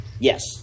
yes